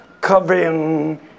Covering